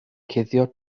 cuddio